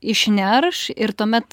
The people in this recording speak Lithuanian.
išnerš ir tuomet